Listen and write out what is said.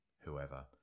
whoever